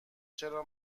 چرا